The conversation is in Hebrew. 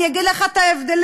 אני אגיד לך מה ההבדלים: